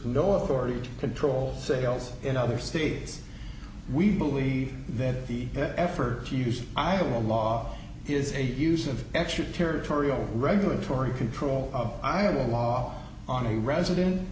no authority to control sales in other states we believe that the effort to use iowa law is a use of extraterritorial regulatory control of iowa law on a resident